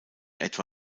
etwa